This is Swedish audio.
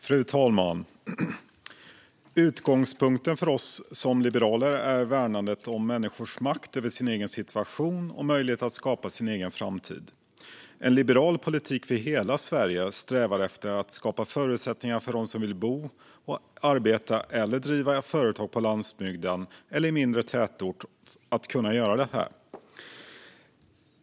Fru talman! Utgångspunkten för oss liberaler är värnandet om människors makt över sin egen situation och möjlighet att skapa sin egen framtid. En liberal politik för hela Sverige strävar efter att skapa förutsättningar för dem som vill bo, arbeta eller driva företag på landsbygden eller i mindre tätort att kunna göra det.